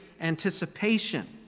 anticipation